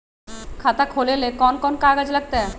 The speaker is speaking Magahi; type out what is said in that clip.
खाता खोले ले कौन कौन कागज लगतै?